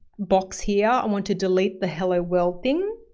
box here, i want to delete the hello, world' thing.